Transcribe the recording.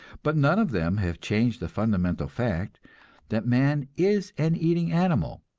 but none of them have changed the fundamental fact that man is an eating animal,